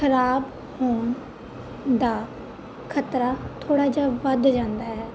ਖਰਾਬ ਹੋਣ ਦਾ ਖਤਰਾ ਥੋੜ੍ਹਾ ਜਿਹਾ ਵੱਧ ਜਾਂਦਾ ਹੈ